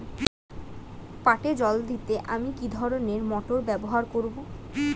পাটে জল দিতে আমি কি ধরনের মোটর ব্যবহার করব?